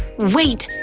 wait!